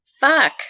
Fuck